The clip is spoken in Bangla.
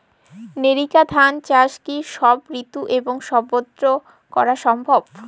নেরিকা ধান চাষ কি সব ঋতু এবং সবত্র করা সম্ভব?